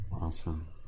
Awesome